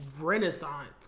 Renaissance